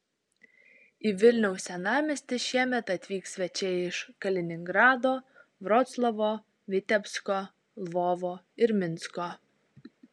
į vilniaus senamiestį šiemet atvyks svečiai iš kaliningrado vroclavo vitebsko lvovo ir minsko